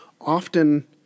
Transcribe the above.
often